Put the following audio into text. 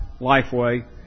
Lifeway